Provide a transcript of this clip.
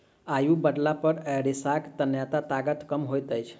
आयु बढ़ला पर रेशाक तन्यता ताकत कम होइत अछि